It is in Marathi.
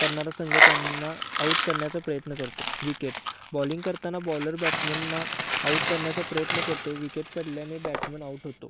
करणारा संघ त्यांना आऊट करण्याचा प्रयत्न करतो विकेट बॉलिंग करताना बॉलर बॅट्समनना आउट करण्याचा प्रयत्न करतो विकेट पडल्याने बॅट्समन आऊट होतो